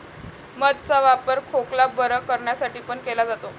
मध चा वापर खोकला बरं करण्यासाठी पण केला जातो